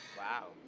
wow.